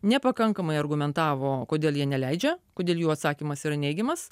nepakankamai argumentavo kodėl jie neleidžia kodėl jų atsakymas yra neigiamas